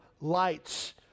lights